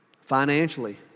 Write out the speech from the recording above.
financially